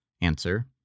answer